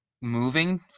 moving